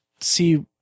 see